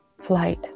flight